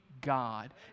God